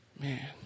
Man